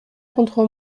contre